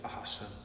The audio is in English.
Awesome